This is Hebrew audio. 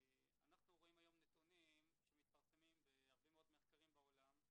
אנחנו רואים היום נתונים שמתפרסמים בהרבה מאוד מחקרים בעולם,